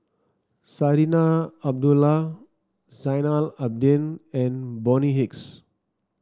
Zarinah Abdullah Zainal Abidin and Bonny Hicks